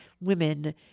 women